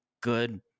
good